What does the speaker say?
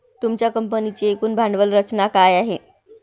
तुमच्या कंपनीची एकूण भांडवल रचना काय आहे?